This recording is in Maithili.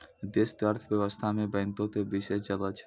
देश के अर्थव्यवस्था मे बैंको के विशेष जगह छै